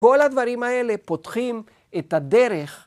כל הדברים האלה פותחים את הדרך.